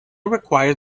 requires